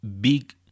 big